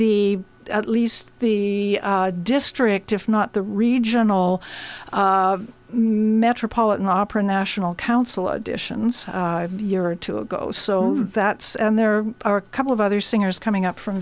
the at least the district if not the regional metropolitan opera national council additions year or two ago so that there are a couple of other singers coming up from